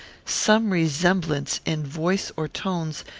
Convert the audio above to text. some resemblance, in voice or tones,